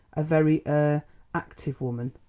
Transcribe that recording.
a very er active woman.